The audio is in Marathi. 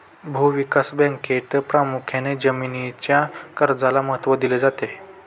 भूविकास बँकेत प्रामुख्याने जमीनीच्या कर्जाला महत्त्व दिले जाते